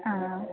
हा